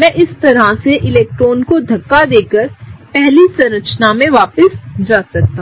मैं इस तरह से इलेक्ट्रॉनों को धक्का देकर पहली संरचना में वापस जा सकता हूं